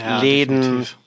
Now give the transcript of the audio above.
Läden